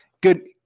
good